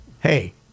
hey